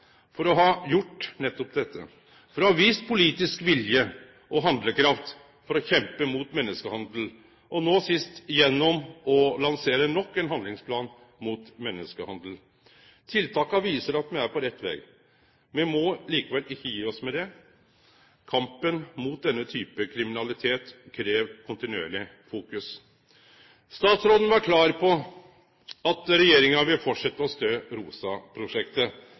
for å ha gjort nettopp dette – for å ha vist politisk vilje og handlekraft til å kjempe mot menneskehandel, no sist gjennom å lansere nok ein handlingsplan mot menneskehandel. Tiltaka viser at me er på rett veg. Me må likevel ikkje gje oss med dette. Kampen mot denne typen kriminalitet krev kontinuerleg fokus. Statsråden var klar på at regjeringa vil fortsetje å stø